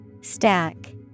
Stack